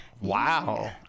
Wow